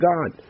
God